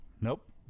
Nope